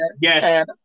yes